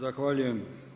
Zahvaljujem.